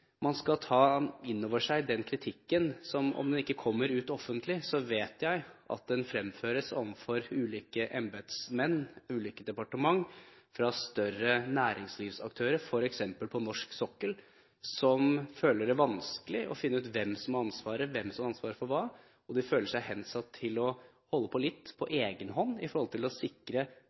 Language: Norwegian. man skal ta inn over seg den kritikken som jeg vet – selv om den ikke kommer ut offentlig – fremføres overfor ulike embetsmenn, ulike departementer, fra større næringslivsaktører, f.eks. på norsk sokkel, som føler det vanskelig å finne ut hvem som har ansvaret, hvem som har ansvaret for hva. De føler seg hensatt til å holde på litt på egen hånd for å sikre